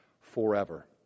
forever